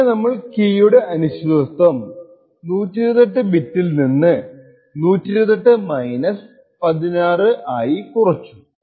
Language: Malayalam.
അങ്ങനെ കീയുടെ അനിശ്ചിതത്വം നമ്മൾ 128 ബിറ്റിൽ നിന്ന് 128 bits minus 8 ആയി കുറച്ചു